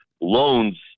loans